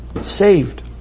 Saved